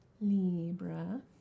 Libra